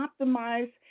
optimize